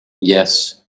yes